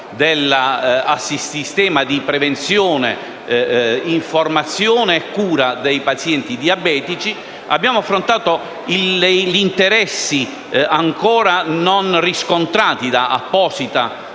del sistema di prevenzione, informazione e cura dei pazienti diabetici. Abbiamo affrontato gli interessi ancora non riscontrati da apposita